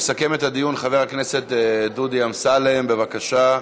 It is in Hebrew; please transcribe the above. יסכם את הדיון חבר הכנסת דודי אמסלם, בבקשה,